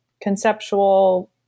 conceptual